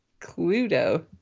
cluedo